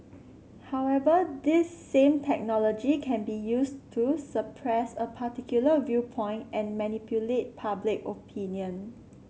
however this same technology can be used to suppress a particular viewpoint and manipulate public opinion